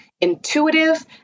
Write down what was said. intuitive